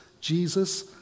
Jesus